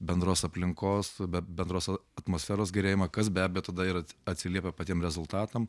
bendros aplinkos be bendros atmosferos gerėjimą kas be abejo tada ir atsiliepia patiem rezultatam